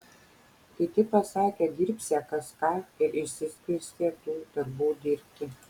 kiti pasakė dirbsią kas ką ir išsiskirstė tų darbų dirbti